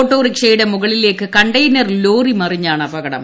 ഓട്ടോറിക്ഷയുടെ മുകളിലേക്കു container lorry മറിഞ്ഞാണ് അപകടം